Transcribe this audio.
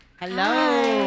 Hello